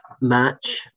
match